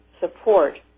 support